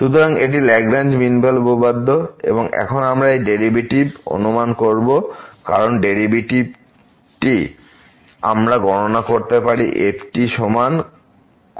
সুতরাং এটি Lagrange mean value উপপাদ্য এবং এখন আমরা এই ডেরিভেটিভ অনুমান করব কারণ ডেরিভেটিভ আমরা গণনা করতে পারি f সমান cos et